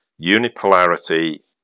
Unipolarity